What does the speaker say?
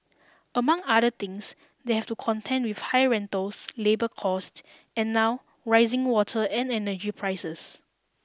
among other things they have to contend with high rentals labour costs and now rising water and energy prices